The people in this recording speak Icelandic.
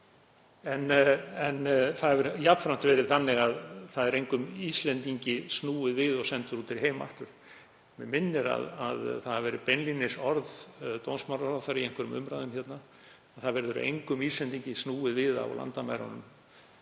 En það hefur jafnframt verið þannig að það er engum Íslendingi snúið við og hann sendur út í heim aftur. Mig minnir að það hafi beinlínis verið orð dómsmálaráðherra í einhverjum umræðum hérna að það verði engum Íslendingi snúið við á landamærunum.